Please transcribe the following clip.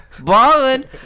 ballin